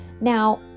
Now